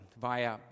via